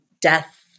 death